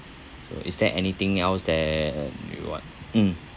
so is there anything else that you want mm